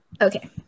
Okay